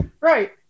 Right